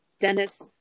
Dennis